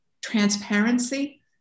transparency